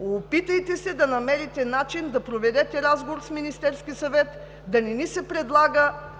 Опитайте се да намерите начин да проведете разговор с Министерския съвет, да не ни се предлага